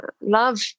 love